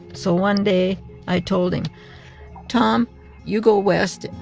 so one day i told him tom you go west,